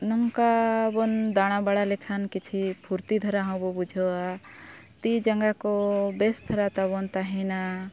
ᱱᱚᱝᱠᱟ ᱵᱚᱱ ᱫᱟᱬᱟ ᱵᱟᱲᱟ ᱞᱮᱠᱷᱟᱱ ᱠᱤᱪᱷᱩ ᱯᱷᱩᱨᱛᱤ ᱫᱷᱟᱨᱟ ᱦᱚᱸᱵᱚᱱ ᱵᱩᱡᱷᱟᱹᱣᱟ ᱛᱤ ᱡᱟᱸᱜᱟ ᱠᱚ ᱵᱮᱥ ᱫᱷᱟᱨᱟ ᱛᱟᱵᱚᱱ ᱛᱟᱦᱮᱱᱟ